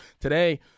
Today